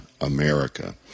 America